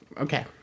okay